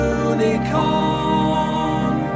unicorn